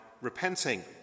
repenting